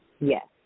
Yes